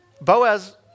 Boaz